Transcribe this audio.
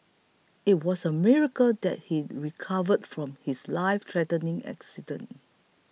it was a miracle that he recovered from his lifethreatening accident